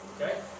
okay